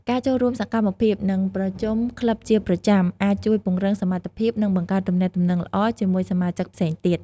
ការចូលរួមសកម្មភាព និងប្រជុំក្លឹបជាប្រចាំ អាចជួយពង្រឹងសមត្ថភាព និងបង្កើតទំនាក់ទំនងល្អជាមួយសមាជិកផ្សេងទៀត។